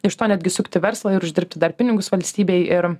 iš to netgi sukti verslą ir uždirbti dar pinigus valstybei ir